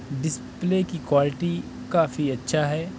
display کی quality کافی اچھا ہے